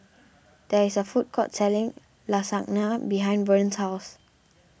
there is a food court selling Lasagna behind Vern's house